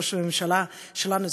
ראש הממשלה שלנו,